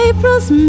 April's